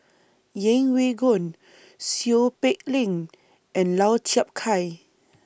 Yeng Pway Ngon Seow Peck Leng and Lau Chiap Khai